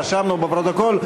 רשמו בפרוטוקול.